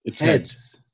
heads